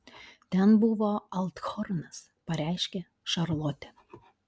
ten buvo althornas pareiškė šarlotė